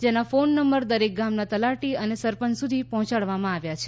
જેના phone number દરેક ગામના તલાટી અને સરપંચ સુધી પહોંચાડવામાં આવ્યા છે